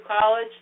college